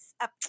up